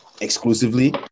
exclusively